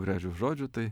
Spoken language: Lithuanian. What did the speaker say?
gražių žodžių tai